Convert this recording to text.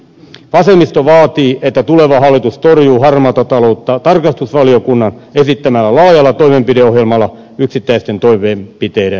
vasemmisto vaatii että tuleva hallitus torjuu harmaata taloutta tarkastusvaliokunnan esittämällä laajalla toimenpideohjelmalla yksittäisten toimenpiteiden sijasta